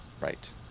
Right